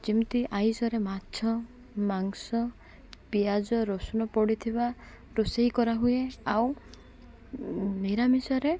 ଯେମିତି ଆଇଁଷରେ ମାଛ ମାଂସ ପିଆଜ ରସୁଣ ପଡ଼ି ଥିବା ରୋଷେଇ କରାହୁଏ ଆଉ ନିରାମିଷରେ